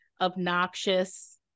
obnoxious